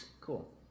Cool